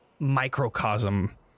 microcosm